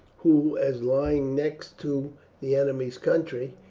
who, as lying next to the enemy's country,